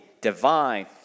divine